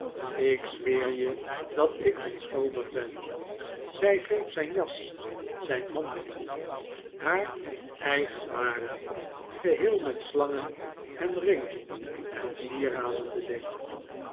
ik zweer je dat ik onschuldig ben zij greep zijn jas zijn handen haar eigen waren geheel met slangen en ringen en sieraden bedekt